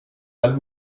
dal